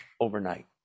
overnight